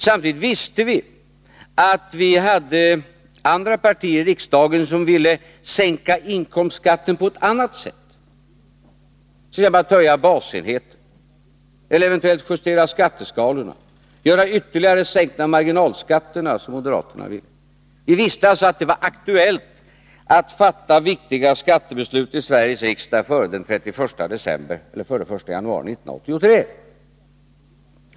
Samtidigt visste vi att vi hade andra partier i riksdagen som ville sänka inkomstskatten på ett annat sätt, t.ex. genom att höja basenheten eller justera skatteskalorna eller ytterligare sänka marginalskatterna, som moderaterna ville. Vi visste alltså att det var aktuellt att fatta viktiga skattebeslut i Sveriges riksdag före den 1 januari 1983.